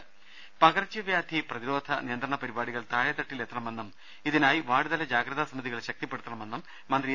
രുവെട്ടിരു പകർച്ചവ്യാധി പ്രതിരോധ നിയന്ത്രണ പരിപാടികൾ താഴേ ത്തട്ടിൽ എത്തണമെന്നും ഇതിനായി വാർഡ് തല ജാഗ്രതാ സമിതികൾ ശക്തിപ്പെടുത്തണമെന്നും മന്ത്രി എ